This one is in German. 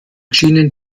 schienen